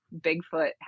Bigfoot